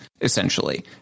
essentially